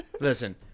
Listen